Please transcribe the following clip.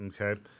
okay